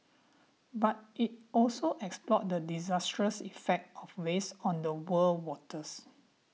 but it also explored the disastrous effect of waste on the world waters